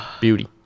Beauty